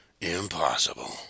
impossible